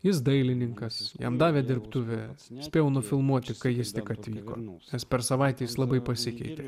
jis dailininkas jam davė dirbtuves nespėjau nufilmuoti kai jis tik atvyko nes per savaitę labai pasikeitė